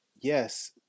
yes